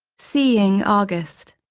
seeing august